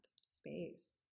space